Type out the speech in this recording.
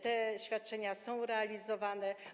Te świadczenia są realizowane.